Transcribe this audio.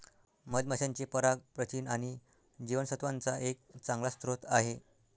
मधमाशांचे पराग प्रथिन आणि जीवनसत्त्वांचा एक चांगला स्रोत आहे